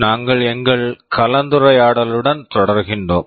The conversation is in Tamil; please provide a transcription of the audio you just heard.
நாங்கள் எங்கள் கலந்துரையாடலுடன் தொடர்கின்றோம்